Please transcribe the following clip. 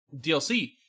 DLC